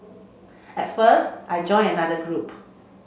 at first I joined another group